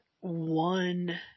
one